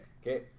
Okay